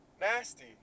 Nasty